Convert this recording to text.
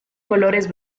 colores